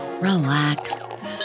relax